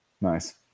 Nice